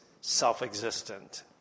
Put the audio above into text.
self-existent